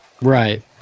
Right